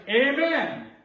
amen